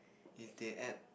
if they add